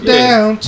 down